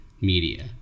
media